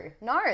no